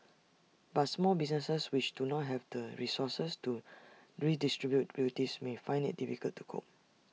but small businesses which do not have the resources to redistribute duties may find IT difficult to cope